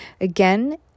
Again